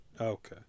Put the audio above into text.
Okay